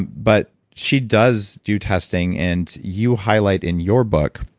but she does do testing, and you highlight in your book